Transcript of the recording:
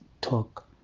talk